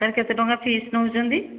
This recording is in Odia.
ସାର୍ କେତେ ଟଙ୍କା ଫିସ୍ ନେଉଛନ୍ତି